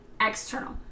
external